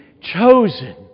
chosen